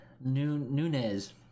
Nunez